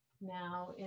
now